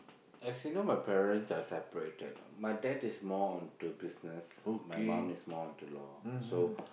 as you know my parents are separated my dad is more onto business my mom is more onto law so